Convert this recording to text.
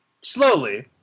slowly